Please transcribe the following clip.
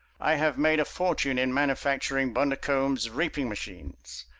i have made a fortune in manufacturing bundercombe's reaping machines.